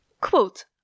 Quote